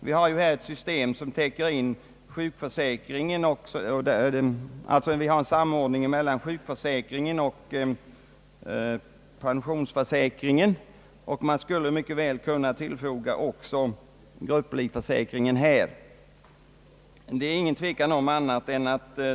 Vi har en samordning mellan sjukförsäkringen och pensionsförsäkringen. Det bör också vara möjligt att infoga grupplivförsäkringen i detta sammanhang.